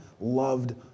loved